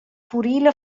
purila